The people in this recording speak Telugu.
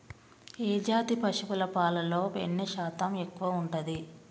ఏ జాతి పశువుల పాలలో వెన్నె శాతం ఎక్కువ ఉంటది?